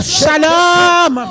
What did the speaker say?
shalom